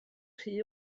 rhy